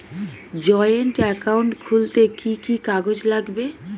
Joint account খুলতে কি কি কাগজ লাগবে?